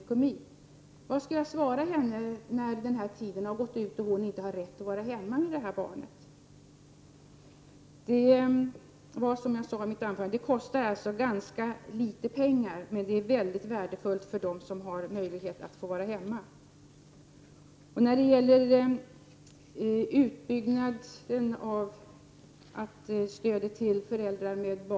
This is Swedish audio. Jag skulle vilja fråga Doris Håvik: Vad skall jag svara henne när den här tiden har gått ut och hon inte har rätt att vara hemma längre med sitt barn? Som jag sade i mitt anförande kostar det ganska litet pengar, men det är mycket värdefullt för dem som har möjlighet att få vara hemma.